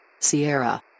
Sierra